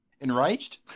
Enraged